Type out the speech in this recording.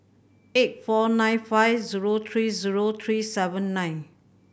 eight four nine five zero three zero three seven nine